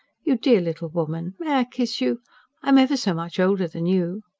you dear little woman. may i kiss you? i am ever so much older than you.